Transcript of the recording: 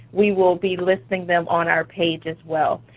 we will be listing them on our page as well.